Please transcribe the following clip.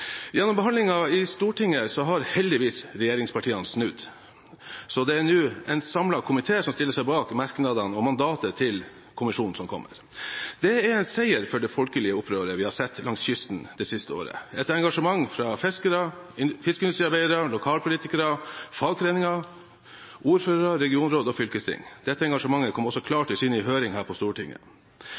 Gjennom behandlingen i Stortinget har heldigvis regjeringspartiene snudd, så det er nå en samlet komité som stiller seg bak merknadene og mandatet til kommisjonen som kommer. Det er en seier for det folkelige opprøret vi har sett langs kysten det siste året: et engasjement fra fiskere, fiskeindustriarbeidere, lokalpolitikere, fagforeninger, ordførere, regionråd og fylkesting. Dette engasjementet kom også klart til syne i høring her på Stortinget.